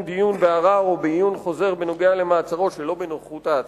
דיון בערר או בעיון חוזר בנוגע למעצרו שלא בנוכחות העציר.